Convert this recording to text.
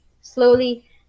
slowly